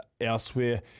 elsewhere